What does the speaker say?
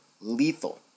Lethal